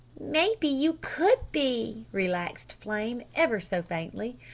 maybe you could be, relaxed flame ever so faintly.